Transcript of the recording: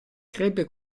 crebbe